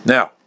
Now